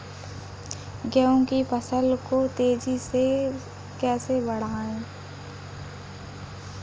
गेहूँ की फसल को तेजी से कैसे बढ़ाऊँ?